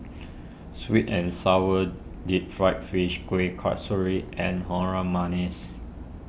Sweet and Sour Deep Fried Fish Kueh Kasturi and Harum Manis